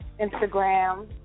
Instagram